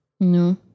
No